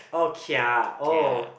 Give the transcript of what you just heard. oh kia ah oh